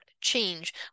change